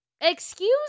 excuse